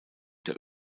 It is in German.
der